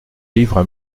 livres